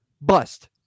Bust